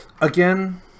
Again